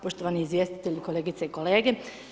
Poštovani izvjestitelj, kolegice i kolege.